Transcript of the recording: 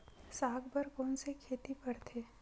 साग बर कोन से खेती परथे?